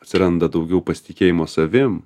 atsiranda daugiau pasitikėjimo savim